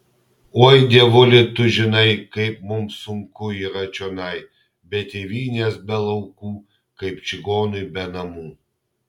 oi dievuli tu žinai kaip mums sunku yra čionai be tėvynės be laukų kaip čigonui be namų